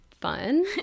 fun